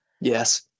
Yes